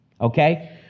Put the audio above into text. Okay